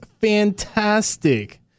fantastic